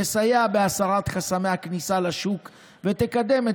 תסייע בהסרת חסמי הכניסה לשוק ותקדם את